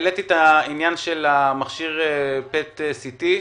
העליתי את העניין של מכשיר PET-CT,